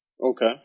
Okay